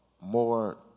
more